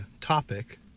topic